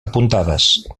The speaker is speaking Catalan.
apuntades